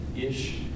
ish